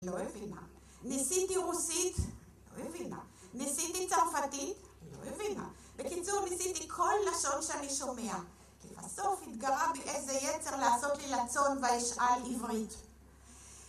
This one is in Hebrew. לא הבינה. ניסיתי רוסית? לא הבינה. ניסיתי צרפתית? לא הבינה. בקיצור, ניסיתי כל לשון שאני שומע, כי בסוף התגרה באיזה יצר לעשות לי לצון ואשאל עברית.